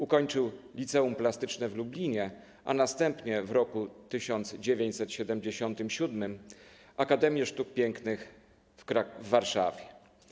Ukończył liceum plastyczne w Lublinie, a następnie w roku 1977 - Akademię Sztuk Pięknych w Warszawie.